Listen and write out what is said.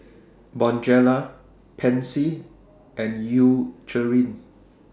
Bonjela Pansy and Eucerin